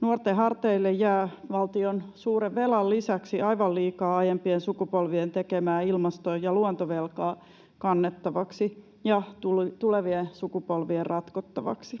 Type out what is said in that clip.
Nuorten harteille jää valtion suuren velan lisäksi aivan liikaa aiempien sukupolvien tekemää ilmasto- ja luontovelkaa kannettavaksi ja tulevien sukupolvien ratkottavaksi.